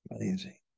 Amazing